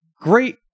great